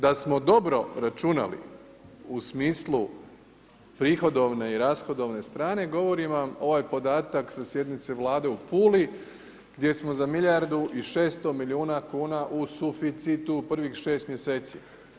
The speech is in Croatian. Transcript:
Da smo dobro računali u smislu prihodovne i rashodovne strane govori vam ovaj podatak sa sjednice Vlade u Puli gdje smo za milijardu i 600 milijuna kuna u suficitu u prvih 6 mjeseci.